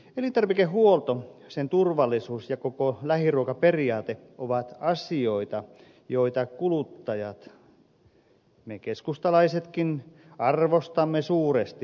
elintarvikehuolto sen turvallisuus ja koko lähiruokaperiaate ovat asioita joita kuluttajat me keskustalaisetkin arvostamme suuresti